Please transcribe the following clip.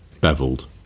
beveled